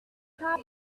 cod